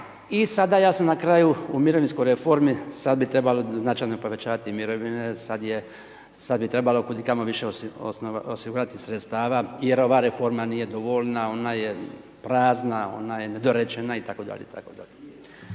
i sada jasno na kraju u mirovinskoj reformi sad bi trebali značajno povećavati mirovine, sad bi trebalo kud i kamo više osigurati sredstava jer ova reforma nije dovoljna, ona je prazna, ona je nedorečena itd.